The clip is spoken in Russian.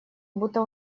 будто